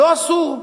לא אסור.